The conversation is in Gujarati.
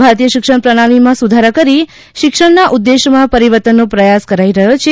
ભારતીય શિક્ષણ પ્રણાલીમાં સુધારા કરી શિક્ષણના ઉદ્દેશમાં પરિવર્તનનો પ્રયાસ કરાઇ રહ્યો છે